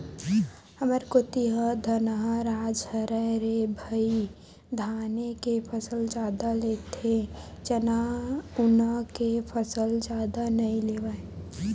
हमर कोती ह धनहा राज हरय रे भई धाने के फसल जादा लेथे चना उना के फसल जादा नइ लेवय